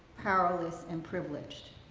powerless and privileged.